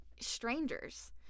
strangers